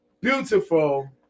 beautiful